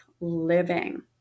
living